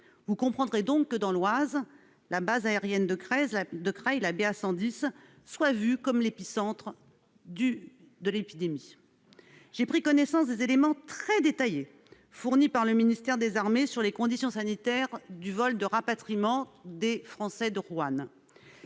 Vous comprendrez donc que, dans l'Oise, la base aérienne de Creil, la BA 110, soit vue comme l'épicentre de l'épidémie. J'ai pris connaissance des éléments très détaillés fournis par le ministère des armées sur les conditions sanitaires du vol de rapatriement des Français de Wuhan.